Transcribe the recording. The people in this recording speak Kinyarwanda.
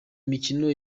mikino